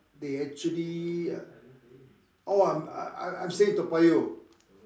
they actually oh I'm I'm staying in Toa Payoh